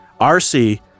RC